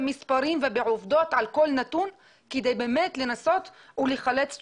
במספרים ובעובדות על כל נתון כדי לנסות לחלץ תשובות.